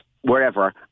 wherever